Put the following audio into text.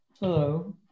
Hello